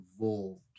involved